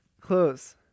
Close